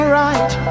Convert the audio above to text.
right